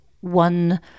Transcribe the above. one